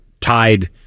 tied